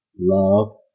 Love